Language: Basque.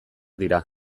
dira